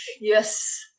yes